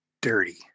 dirty